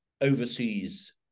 oversees